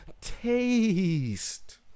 taste